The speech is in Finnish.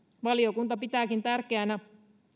valiokunta pitääkin tärkeänä